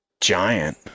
giant